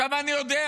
עכשיו אני יודע,